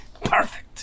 Perfect